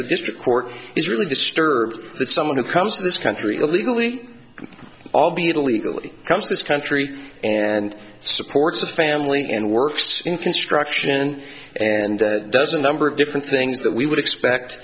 the district court is really disturbed that someone who comes to this country illegally albeit illegally comes this country and supports a family and works in construction and doesn't number of different things that we would expect